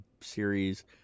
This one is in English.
series